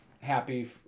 happy